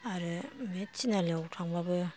आरो बे थिनालिआव थांबाबो